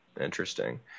Interesting